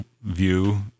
view